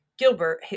Gilbert